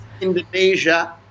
Indonesia